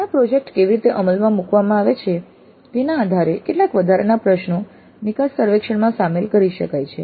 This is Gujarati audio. નાના પ્રોજેક્ટ કેવી રીતે અમલમાં મુકવામાં આવે છે તેના આધારે કેટલાક વધારાના પ્રશ્નો નિકાસ સર્વેક્ષણમાં સામેલ કરી શકાય છે